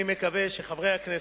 אני מקווה שחברי הכנסת,